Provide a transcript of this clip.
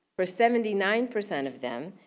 for seventy nine percent of them,